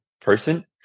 person